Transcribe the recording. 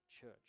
church